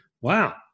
wow